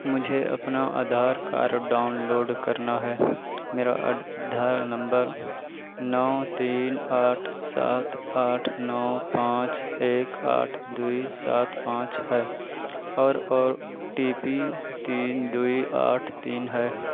مجھے اپنا Aadhaar card download کرنا ہے میرا آد دھار نمبر نو تین آٹھ سات آٹھ نو پانچ ایک آٹھ دو سات پانچ ہے اور او ٹی پی تین دو آٹھ تین ہے